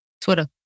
Twitter